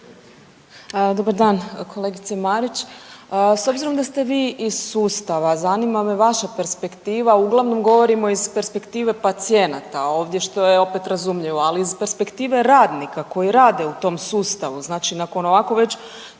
Dobar dan kolegice Marić. S obzirom da ste vi iz sustava, zanima me vaša perspektiva, uglavnom govorimo iz perspektive pacijenata ovdje, što je opet razumljivo, ali iz perspektive radnika koji rade u tom sustavu. Znači nakon ovako već